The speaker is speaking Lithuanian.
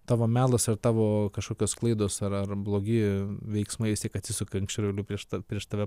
tavo melas ar tavo kažkokios klaidos ar ar blogi veiksmai vis tiek atsisuka anksčiau nu prieš ta prieš tave